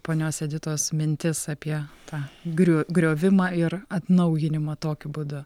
ponios editos mintis apie tą griu griovimą ir atnaujinimą tokiu būdu